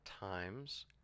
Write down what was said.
times